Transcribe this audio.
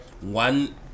one